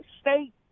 state